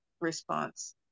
response